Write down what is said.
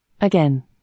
Again